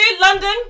London